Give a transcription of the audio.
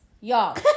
Y'all